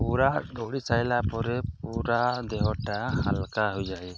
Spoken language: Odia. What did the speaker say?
ପୁରା ଦୌଡ଼ି ସାରିଲା ପରେ ପୁରା ଦେହଟା ହାଲକା ହୋଇଯାଏ